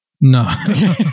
No